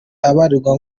abarirwa